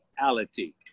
reality